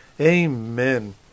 Amen